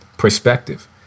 perspective